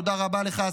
תודה רבה לך,